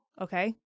okay